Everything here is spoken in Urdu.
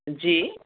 جی